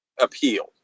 appeal